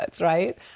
right